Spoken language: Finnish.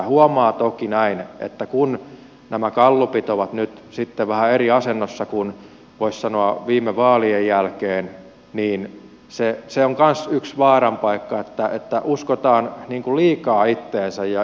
huomaa toki näin että kun nämä gallupit ovat nyt sitten vähän eri asennossa kuin voisi sanoa viime vaalien jälkeen niin se on kanssa yksi vaaran paikka että uskotaan liikaa itseensä